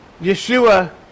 Yeshua